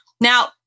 Now